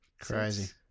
Crazy